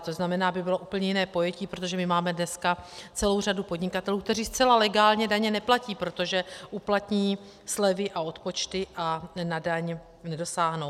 To znamená, že by to bylo úplně jiné pojetí, protože my máme dneska celou řadu podnikatelů, kteří zcela legálně daně neplatí, protože uplatní slevy a odpočty a na daň nedosáhnou.